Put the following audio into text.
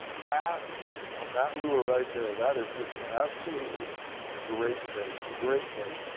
bass on that lure right there. that is just an absolutely great bait. great bait.